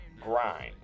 Grind